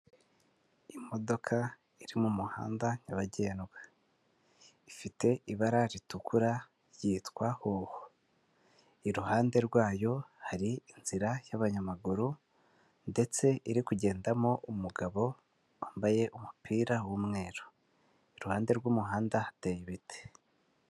Imodoka iri mu muhanda nyabagendwa, ifite ibara ritukura yitwa hoho, iruhande rwayo hari inzira y'abanyamaguru ndetse iri kugendamo umugabo wambaye umupira w'umweru, iruhande rw'umuhanda hateye ibiti.